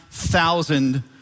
thousand